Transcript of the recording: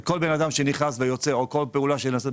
אז תגיד לא.